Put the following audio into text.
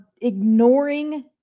ignoring